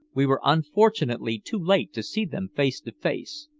we were unfortunately too late to see them face to face.